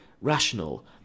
rational